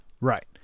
Right